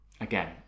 again